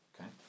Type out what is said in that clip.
Okay